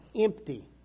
empty